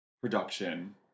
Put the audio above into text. production